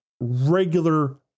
regular